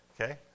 Okay